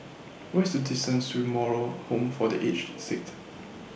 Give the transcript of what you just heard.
What IS The distance to Moral Home For The Aged Sick